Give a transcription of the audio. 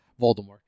voldemort